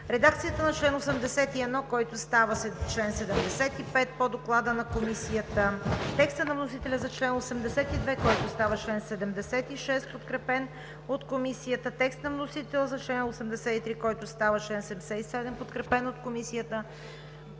редакцията на чл. 81, който става чл. 75 по Доклада на Комисията; текста на вносителя за чл. 82, който става член 76, подкрепен от Комисията; текста на вносителя за чл. 83, който става чл. 77, подкрепен от Комисията;